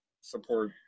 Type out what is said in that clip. support